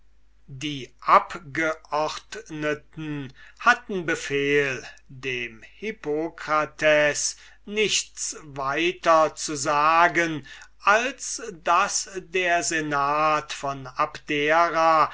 die abgeordneten hatten befehl dem hippokrates nichts weiter zu sagen als daß der senat von abdera